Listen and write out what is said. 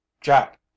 jack